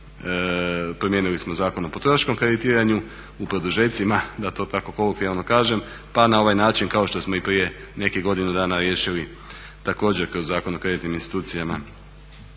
promijenili Zakon o potrošačkom kreditiranju, u produžecima da to tako kolokvijalno kažem pa na ovaj način kao što smo i prije nekih godinu dana riješili također kroz Zakon o kreditnim institucijama,